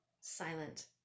silent